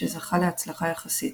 שזכה להצלחה יחסית.